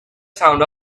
sound